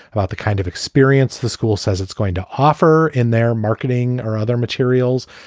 about the kind of experience the school says it's going to offer in their marketing or other materials.